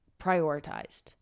prioritized